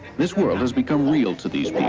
this world has become real to these people.